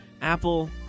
Apple